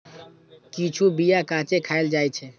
किछु बीया कांचे खाएल जाइ छै